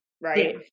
right